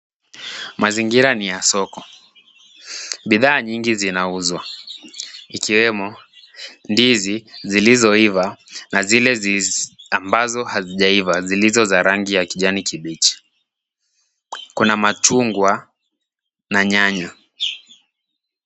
Mazingira ni ya soko. Bidhaa nyingi zinauzwa ikiwemo ndizi zilizoiva na zile ambazo hazijaiva zilizo za rangi ya kijani kibichi. Kuna machungwa na nyanya.